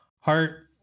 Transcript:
heart